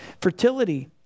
Fertility